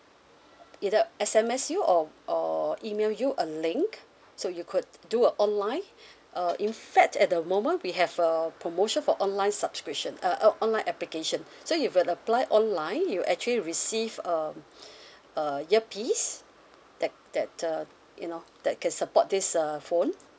either S_M_S you or or email you a link so you could t~ do a online uh in fact at the moment we have a promotion for online subscription uh o~ online application so if you apply online you actually receive um uh ear piece that that uh you know that can support this uh phone